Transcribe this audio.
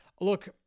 look